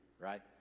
right